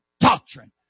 doctrine